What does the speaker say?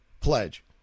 pledge